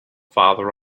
farther